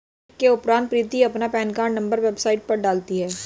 click के उपरांत प्रीति अपना पेन कार्ड नंबर वेबसाइट पर डालती है